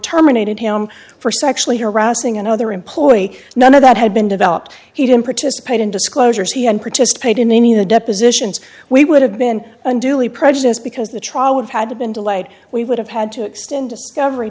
terminated him for sexually harassing another employee none of that had been developed he didn't participate in disclosures he had participated in any of the depositions we would have been unduly prejudiced because the trial would had been delayed we would have had to extend discovery